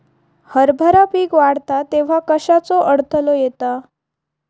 हरभरा पीक वाढता तेव्हा कश्याचो अडथलो येता?